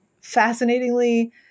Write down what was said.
fascinatingly